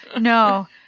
No